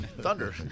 Thunder